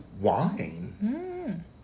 wine